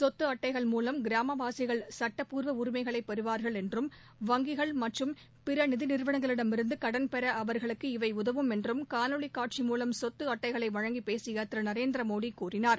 சொத்து அட்டைகள் மூலம் கிராமவாசிகள் சுட்டப்பூர்வ உரிமைகளை பெறுவார்கள் என்றும் வங்கிகள் மற்றும் பிற நிதி நிறுவனங்களிடமிருந்து கடன்பெற அவா்களுக்கு இவை உதவும் என்றும் காணொலி காட்சி மூலம் சொத்து அட்டைகளை வழங்கி பேசிய திரு நரேந்திரமோடி கூறினார்